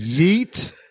yeet